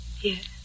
Yes